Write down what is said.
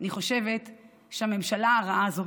אני חושבת שהממשלה הרעה הזו